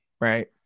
right